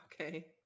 Okay